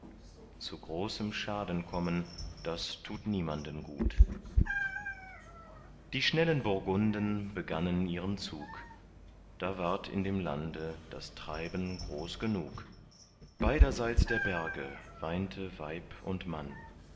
zu großem schaden kommen das tut niemanden gut die schnellen burgunden begannen ihren zug da ward in dem lande das treiben groß genug beiderseits der berge meinte weib und mann